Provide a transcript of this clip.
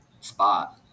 spot